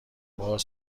باز